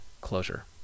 closure